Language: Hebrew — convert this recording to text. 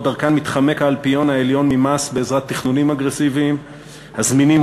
שדרכן מתחמק האלפיון העליון ממס בעזרת תכנונים אגרסיביים הזמינים